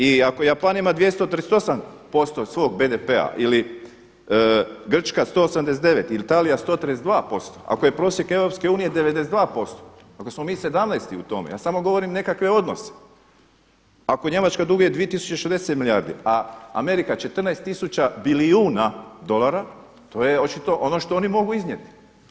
I ako Japan ima 238% svog BDP-a ili Grčka 189 ili Italija 132%, ako je prosjek EU 92%, ako smo mi sedamnaesti u tome ja samo govorim nekakve odnose, ako Njemačka duguje 2060 milijardi a Amerika 14 tisuća bilijuna dolara to je očito ono što oni mogu iznijeti.